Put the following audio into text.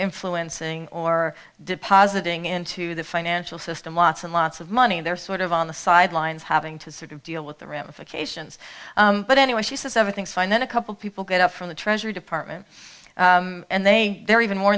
influencing or depositing into the financial system lots and lots of money and they're sort of on the sidelines having to sort of deal with the ramifications but anyway she says everything's fine then a couple people get up from the treasury department and they they're even more